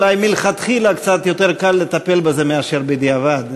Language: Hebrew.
אולי מלכתחילה קצת יותר קל לטפל בזה מאשר בדיעבד.